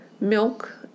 milk